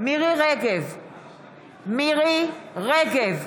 מירי מרים רגב,